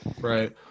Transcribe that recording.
Right